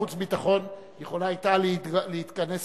צריך להבין: